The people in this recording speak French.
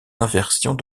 inversions